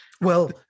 Well-